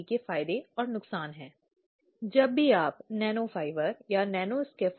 तो फिर यह बात सामने आती है निष्कर्षों के अगले चरण और सिफारिशों को इस पूरे मामले में अब इस खोज और सिफारिशों में